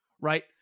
right